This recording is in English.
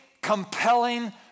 compelling